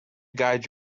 guide